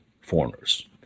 foreigners